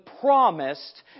promised